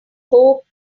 four